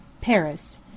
Paris